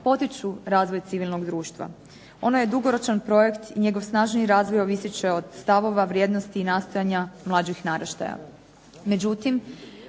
potiču razvoj civilnog društva. Ono je dugoročan projekt i njegov snažniji razvoj ovisit će od stavova, vrijednosti i nastojanja mlađih naraštaja.